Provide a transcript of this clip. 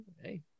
hey